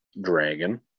Dragon